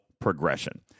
progression